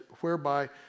whereby